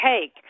take